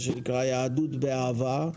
מה שנקרא יהדות באהבה,